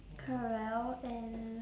corell and